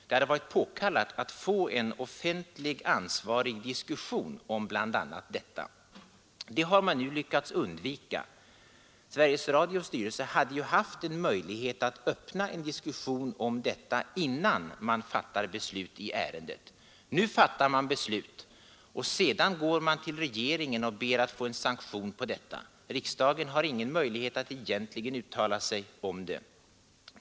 Det hade varit påkallat att få en offentlig, ansvarig diskussion om bl.a. detta förslag till ny arbetsordning. Det har man nu lyckats undvika. Sveriges Radios styrelse hade haft en möjlighet att öppna en diskussion om detta innan man fattade beslut i ärendet. Nu fattar man beslut, och sedan går man till regeringen och ber att få en sanktion på detta. Riksdagen har ingen möjlighet att uttala sig om det.